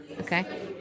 Okay